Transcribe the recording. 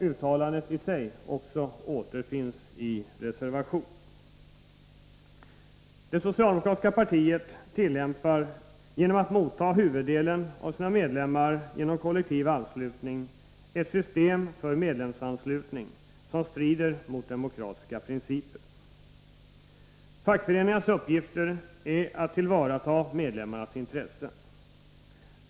Uttalandet återfinns också i reservationen: Det socialdemokratiska partiet tillämpar, genom att motta huvuddelen av sina medlemmar genom kollektiv anslutning, ett system för medlemsanslutning som strider mot demokratiska principer. Fackföreningarnas uppgift är att tillvarata medlemmarnas intressen.